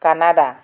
Canada